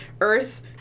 Earth